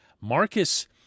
Marcus